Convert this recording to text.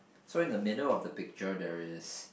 so in the middle of the picture there is